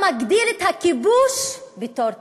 העולם מגדיר את הכיבוש בתור טרור.